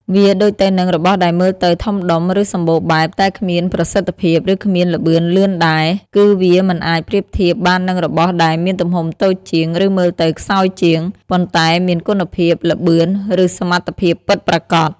វាដូចទៅនឹង របស់ដែលមើលទៅធំដុំ ឬសម្បូរបែប តែគ្មានប្រសិទ្ធភាព ឬគ្មានល្បឿនលឿនដែរ គឺវាមិនអាចប្រៀបធៀបបាននឹងរបស់ដែលមានទំហំតូចជាង ឬមើលទៅខ្សោយជាង ប៉ុន្តែមានគុណភាព ល្បឿន ឬសមត្ថភាពពិតប្រាកដ។